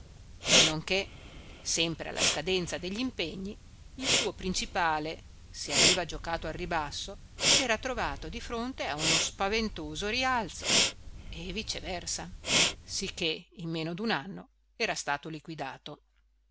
non che sempre alla scadenza degli impegni il suo principale se aveva giocato al ribasso s'era trovato di fronte a uno spaventoso rialzo e viceversa sicché in meno d'un anno era stato liquidato